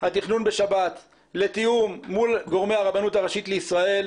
התכנון בשבת לתיאום מול גורמי הרבנות הראשית לישראל,